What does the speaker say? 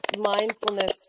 mindfulness